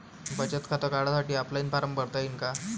बचत खातं काढासाठी ऑफलाईन फारम भरता येईन का?